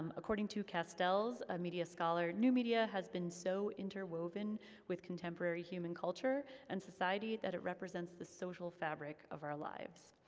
um according to castells, a media scholar, new media has been so interwoven with contemporary human culture and society that it represents the social fabric of our lives.